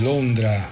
Londra